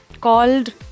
called